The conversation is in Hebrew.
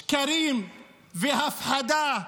שקרים והפחדה.